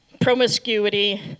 promiscuity